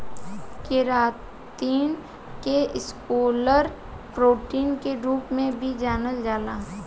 keratin के scleral protein के रूप में भी जानल जाला